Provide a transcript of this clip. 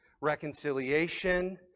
reconciliation